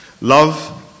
Love